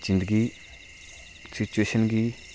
जिंदगी सिचुएशन गी